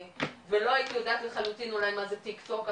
ולא הייתי יודעת לחלוטין אולי מה זה תיק-תוק.